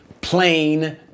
plain